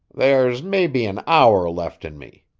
there's maybe an hour left in me.